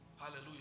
Hallelujah